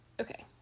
Okay